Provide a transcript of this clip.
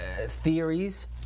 theories